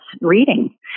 reading